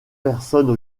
personnes